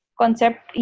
concept